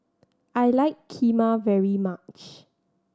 I like Kheema very much